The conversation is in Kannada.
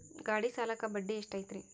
ಗಾಡಿ ಸಾಲಕ್ಕ ಬಡ್ಡಿ ಎಷ್ಟೈತ್ರಿ?